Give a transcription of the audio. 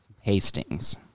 Hastings